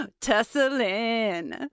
tussling